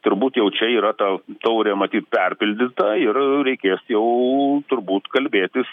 turbūt jau čia yra ta taurė matyt perpildyta ir reikės jau turbūt kalbėtis